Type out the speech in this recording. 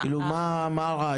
כאילו, מה הרעיון?